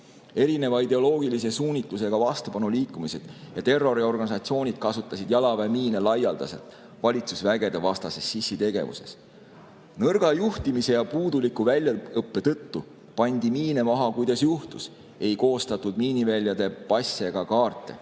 Erineva ideoloogilise suunitlusega vastupanuliikumised ja terroriorganisatsioonid kasutasid jalaväemiine laialdaselt valitsusvägede vastases sissitegevuses. Nõrga juhtimise ja puuduliku väljaõppe tõttu pandi miine maha, kuidas juhtus, ei koostatud miiniväljade passe ega kaarte,